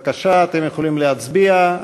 בבקשה, אתם יכולים להצביע.